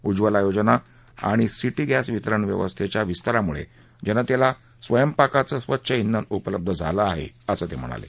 उज्ज्वला योजना आणि सी भिंस वितरण व्यवस्थेच्या विस्तारामुळे जनतेला स्वयंपाकाचं स्वच्छ श्विन उपलब्ध झाले आहे असं ते म्हणाले